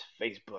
Facebook